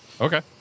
Okay